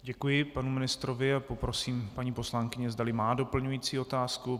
Děkuji panu ministrovi a poprosím paní poslankyni, zdali má doplňující otázku.